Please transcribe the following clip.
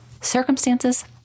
circumstances